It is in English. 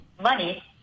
money